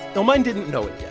illmind didn't know it yet,